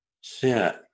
Sit